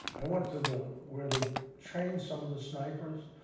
i went to the, where they train some of the snipers,